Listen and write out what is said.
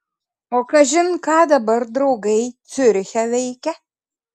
o kažin ką dabar draugai ciuriche veikia